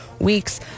weeks